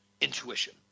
intuition